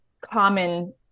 common